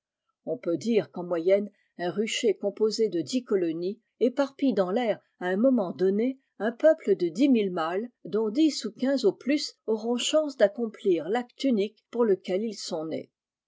on peut dire qu'en moyenne un rucher composé de dix colonies éparpille dans l'air à un moment donné un peuple de dix mille mâles dont dix ou quinze au plus auront chance d'accomplir l'acte unique pour lequel ils sont nés